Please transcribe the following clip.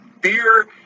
beer